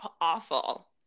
awful